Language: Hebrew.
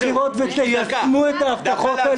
בשנים הראשונות היתה הצדקה ל-1.5 שקל כדי לקומם את הארגון שלכם,